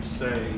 say